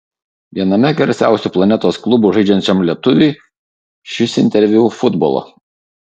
viename garsiausių planetos klubų žaidžiančiam lietuviui šis interviu futbolo